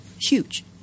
huge